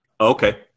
okay